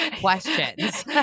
questions